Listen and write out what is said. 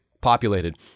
populated